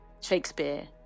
Shakespeare